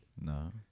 No